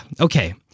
Okay